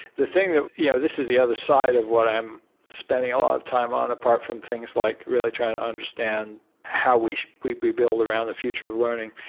the thing that you know this is the other side of what i am spending a lot of time on apart from things like really trying to understand how we we build around the future of learning.